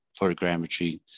photogrammetry